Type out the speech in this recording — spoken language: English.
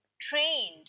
trained